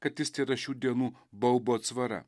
kad jis tėra šių dienų baubo atsvara